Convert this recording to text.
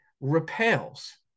repels